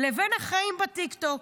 לבין החיים בטיקטוק.